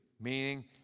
meaning